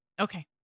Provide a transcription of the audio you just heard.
Okay